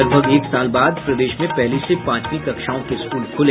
लगभग एक साल बाद प्रदेश में पहली से पांचवीं कक्षाओं के स्कूल खुले